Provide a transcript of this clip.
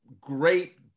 great